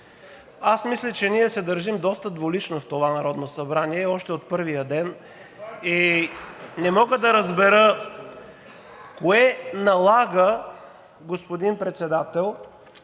Аз мисля, че ние се държим доста двулично в това Народно събрание още от първия ден. И не мога да разбера кое налага, господин Председател,